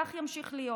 כך ימשיך להיות.